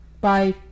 bye